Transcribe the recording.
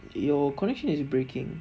your connection is breaking